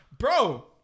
Bro